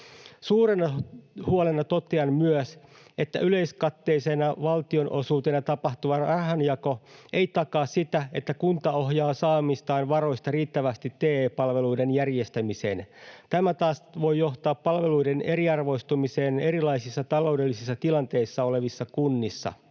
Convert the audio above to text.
Suurena huolena totean myös, että yleiskatteisena valtionosuutena tapahtuva rahanjako ei takaa sitä, että kunta ohjaa saamistaan varoista riittävästi TE-palvelujen järjestämiseen. Tämä taas voi johtaa palveluiden eriarvoistumiseen erilaisissa taloudellisissa tilanteissa olevissa kunnissa.